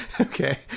Okay